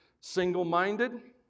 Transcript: Single-minded